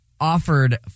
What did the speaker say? offered